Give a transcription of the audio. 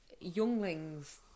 younglings